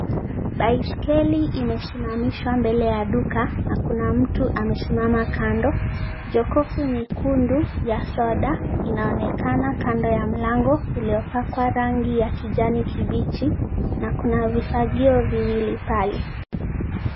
Baiskeli imesimamishwa mbele ya duka na kuna mtu amesimama kando, jokofu nyekundu ya soda inaonekana kando ya mlango uliopakwa rangi ya kijani kibichi na kuna vifagio viwili pale.